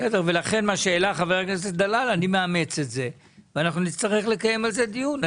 לכן אני מאמץ את מה שאמר חבר הכנסת דלל ונצטרך לקיים על זה דיון.